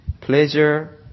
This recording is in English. pleasure